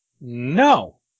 No